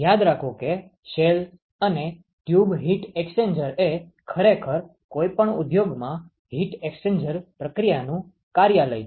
યાદ રાખો કે શેલ અને ટ્યુબ હીટ એક્સ્ચેન્જર એ ખરેખર કોઈપણ ઉદ્યોગમાં હીટ એક્સ્ચેન્જર પ્રક્રિયાનુ કાર્યાલય છે